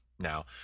Now